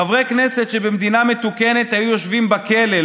חברי כנסת שבמדינה מתוקנת היו יושבים בכלא,